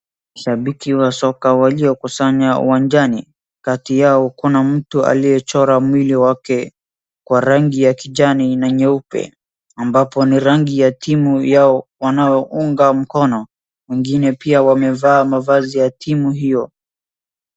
Shabiki wa soka waliokusanya uwanjani, kati yao kuna mtu aliyechora mwili wake kwa rangi ya kijani na nyeupe, ambapo ni rangi ya timu yao wanaounga mkono, wengine pia wamevaa mavazi ya timu hio.